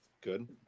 Good